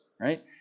right